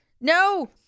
No